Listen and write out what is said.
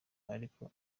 ariko